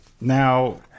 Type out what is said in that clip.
now